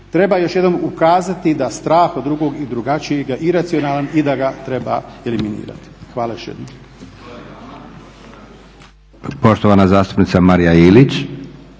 treba još jednom ukazati da strah od drugog i drugačijega je iracionalan i da ga treba eliminirati. Hvala još jednom.